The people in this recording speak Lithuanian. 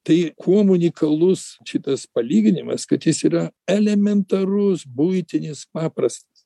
tai kuom unikalus šitas palyginimas kad jis yra elementarus buitinis paprastas